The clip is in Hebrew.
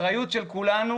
זו אחריות של כולנו.